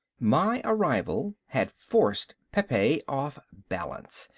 my arrival had forced pepe off balance.